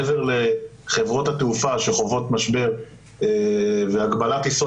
מעבר לחברות התעופה שחוות משבר והגבלת יסוד